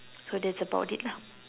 so that's about it lah